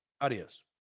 Adios